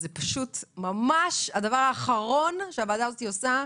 זה ממש הדבר האחרון שהוועדה הזאת עושה,